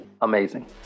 Amazing